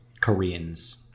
koreans